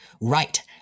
Right